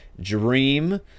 dream